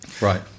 right